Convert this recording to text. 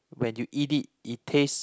when you eat it it taste